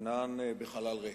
אינו בחלל ריק.